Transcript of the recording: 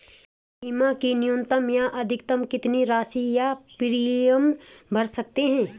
बीमा की न्यूनतम या अधिकतम कितनी राशि या प्रीमियम भर सकते हैं?